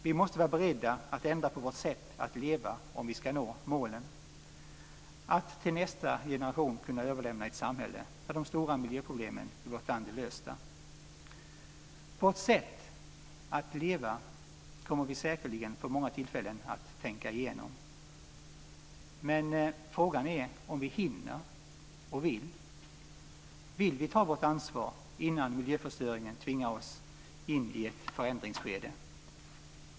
Vi måste vara beredda att ändra på vårt sätt att leva om vi ska nå målet att till nästa generation kunna överlämna ett samhälle där de stora miljöproblemen i vårt land är lösta. Vårt sätt att leva kommer vi säkerligen få många tillfällen att tänka igenom. Men frågan är om vi hinner och vill. Vill vi ta vårt ansvar innan miljöförstöringen tvingar in oss i ett förändringsskede?